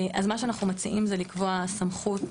מה שאנחנו מציעים זה לקבוע סמכות